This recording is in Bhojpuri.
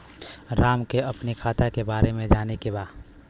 राम के अपने खाता के बारे मे जाने के बा?